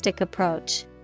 approach